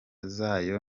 zayo